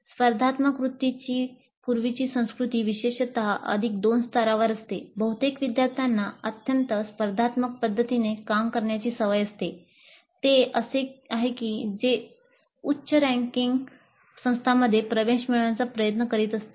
स्पर्धात्मक वृत्तीची पूर्वीची संस्कृती विशेषत अधिक दोन स्तरावर असते बहुतेक विद्यार्थ्यांना अत्यंत स्पर्धात्मक पद्धतीने काम करण्याची सवय असते ते असे आहे की ते उच्च रँकिंग संस्थांमध्ये प्रवेश मिळवण्याचा प्रयत्न करीत असतात